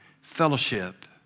fellowship